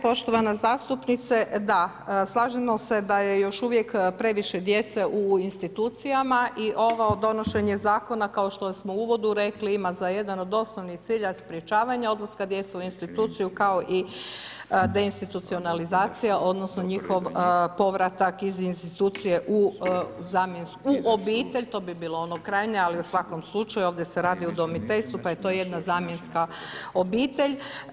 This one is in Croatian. Poštovana zastupnice, da slažemo se da je još uvijek previše djece u institucijama, i ovo donošenje zakona, kao što smo u uvodu rekli, ima za jedan od osnovnih cilja sprječavanja odlaska djece u instituciju kao i deinstitucionalizacija, odnosno, njihov povratak iz instituciju u obitelj to bi bilo ono krajnje, ali u svakom slučaju, ovdje se radi o udomiteljstvu, pa je to jedna zamjenska obitelj.